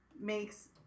makes